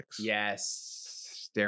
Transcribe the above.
Yes